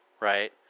right